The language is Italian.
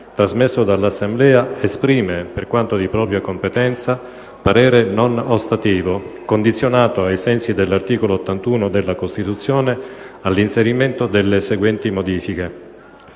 trasmesso dall'Assemblea, esprime, per quanto di propria competenza, parere non ostativo, condizionato, ai sensi dell'articolo 81 della Costituzione, all'inserimento delle seguenti modifiche: